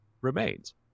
remains